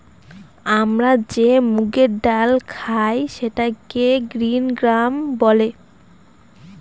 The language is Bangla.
আমরা যে মুগের ডাল খায় সেটাকে গ্রিন গ্রাম বলে